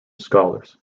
scholars